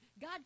God